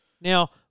Now